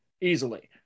easily